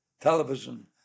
television